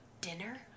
dinner